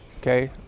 Okay